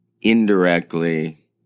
indirectly